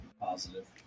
positive